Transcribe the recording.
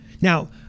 Now